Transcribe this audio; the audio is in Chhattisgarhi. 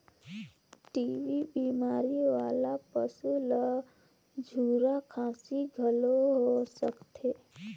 टी.बी बेमारी वाला पसू ल झूरा खांसी घलो हो सकथे